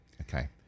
Okay